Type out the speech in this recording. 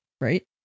Right